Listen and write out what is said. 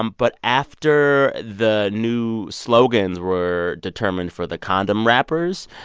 um but after the new slogans were determined for the condom wrappers,